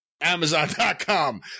amazon.com